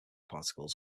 particles